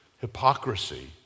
hypocrisy